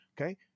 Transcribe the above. okay